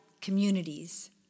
communities